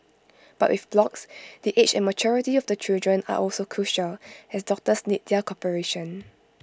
but with blocks the age and maturity of the children are also crucial as doctors need their cooperation